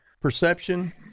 perception